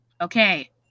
Okay